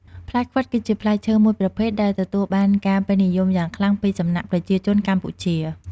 ផ្លែខ្វិត គឺជាផ្លែឈើមួយប្រភេទដែលទទួលបានការពេញនិយមយ៉ាងខ្លាំងពីសំណាក់ប្រជាជនកម្ពុជា។